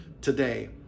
today